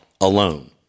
alone